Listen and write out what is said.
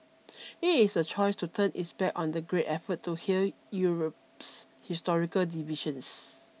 it is a choice to turn its back on the great effort to heal Europe's historical divisions